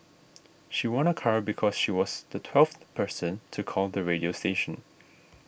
she won a car because she was the twelfth person to call the radio station